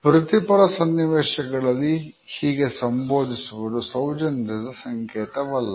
ವೃತ್ತಿಪರ ಸನ್ನಿವೇಶಗಳಲ್ಲಿ ಹೀಗೆ ಸಂಬೋಧಿಸುವುದು ಸೌಜನ್ಯದ ಸಂಕೇತವಲ್ಲ